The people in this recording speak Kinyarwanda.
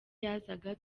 yazaga